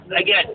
again